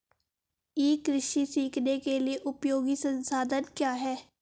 ई कृषि सीखने के लिए उपयोगी संसाधन क्या हैं?